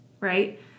right